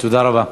תודה רבה.